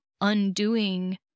undoing